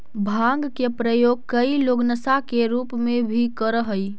भाँग के प्रयोग कई लोग नशा के रूप में भी करऽ हई